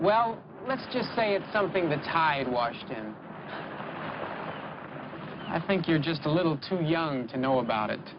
well let's just say it's something the tide washed i think you're just a little too young to know about it